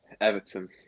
Everton